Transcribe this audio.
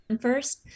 first